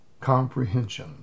comprehension